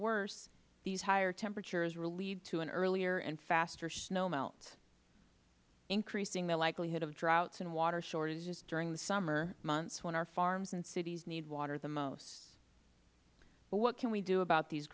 worse these higher temperatures will lead to an earlier and faster snowmelt increasing the likelihood of droughts and water shortages during the summer months when our farms and cities need water the most but what can we do about these